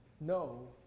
no